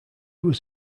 was